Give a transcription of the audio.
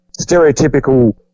stereotypical